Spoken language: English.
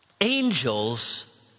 Angels